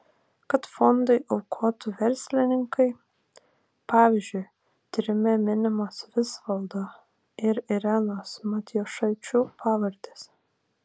kad fondui aukotų verslininkai pavyzdžiu tyrime minimos visvaldo ir irenos matjošaičių pavardės